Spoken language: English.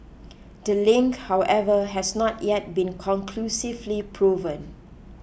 the link however has not yet been conclusively proven